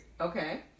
Okay